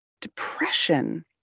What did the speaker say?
Depression